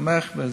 תומך,